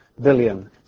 billion